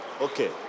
okay